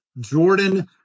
Jordan